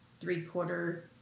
three-quarter